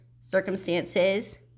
circumstances